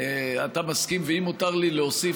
ואם מותר לי להוסיף,